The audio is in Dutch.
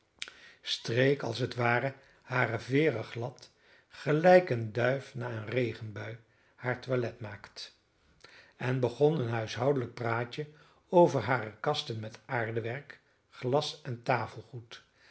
streek als het ware hare veeren glad gelijk een duif na eene regenbui haar toilet maakt en begon een huishoudelijk praatje over hare kasten met aardewerk glas en